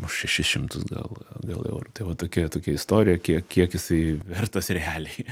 už šešis šimtus gal gal eurų tai va tokia tokia istorija kiek kiek jisai vertas realiai